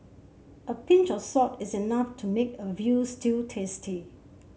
a pinch of salt is enough to make a veal stew tasty